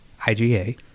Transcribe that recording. IGA